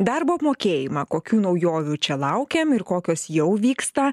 darbo apmokėjimą kokių naujovių čia laukiam ir kokios jau vyksta